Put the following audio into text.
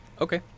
Okay